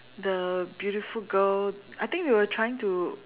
the beautiful girl I think we were trying to